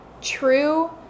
True